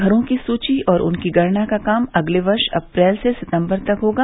घरों की सुची और उनकी गणना का काम अगले वर्ष अप्रैल से सितम्बर तक होगा